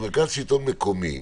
מרכז שלטון מקומי,